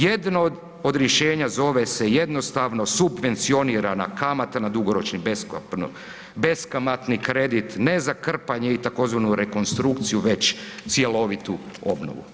Jedno od rješenja zove se jednostavno subvencionirana kamata na dugoročni beskamatni kredit, ne za krpanje i tzv. rekonstrukciju već cjelovitu obnovu.